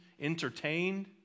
entertained